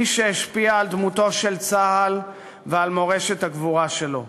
היא שהשפיעה על דמותו של צה"ל ועל מורשת הגבורה שלו.